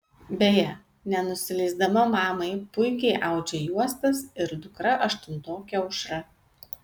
beje nenusileisdama mamai puikiai audžia juostas ir dukra aštuntokė aušra